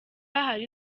hari